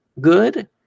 good